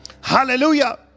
hallelujah